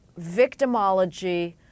victimology